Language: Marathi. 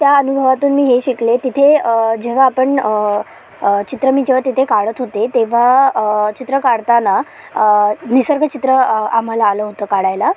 त्या अनुभवातून मी हे शिकले तिथे जेव्हा आपण चित्र मी जेव्हा तिथे काढत होते तेव्हा चित्र काढताना निसर्ग चित्र आम्हाला आलं होतं काढायला